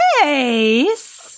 face